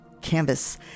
canvas